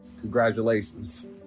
Congratulations